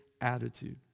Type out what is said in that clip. attitude